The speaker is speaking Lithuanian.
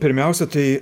pirmiausia tai